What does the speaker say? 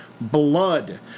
blood